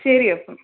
ശരി അപ്പം